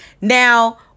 Now